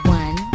one